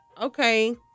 Okay